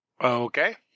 Okay